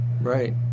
Right